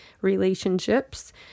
relationships